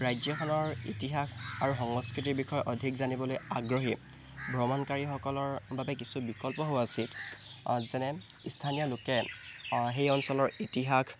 ৰাজ্যখনৰ ইতিহাস আৰু সংস্কৃতিৰ বিষয়ে অধিক জানিবলৈ আগ্ৰহী ভ্ৰমণকাৰীসকলৰ বাবে কিছু বিকল্প হোৱা উচিত যেনে স্থানীয় লোকে সেই অঞ্চলৰ ইতিহাস